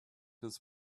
his